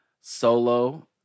solo